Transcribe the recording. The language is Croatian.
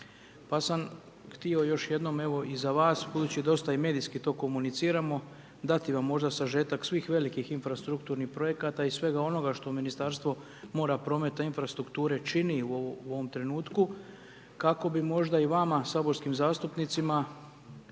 Pa sam htio još jednom, evo i za vas, budući dosta i medijski to komuniciramo, dati vam možda sažetak svih velikih infrastrukturnih projekata i svega onoga što Ministarstvo mora, prometa, infrastrukture čini u ovome trenutku, kako bi možda i vama, saborskim zastupnicima